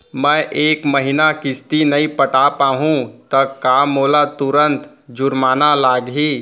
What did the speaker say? मैं ए महीना किस्ती नई पटा पाहू त का मोला तुरंत जुर्माना लागही?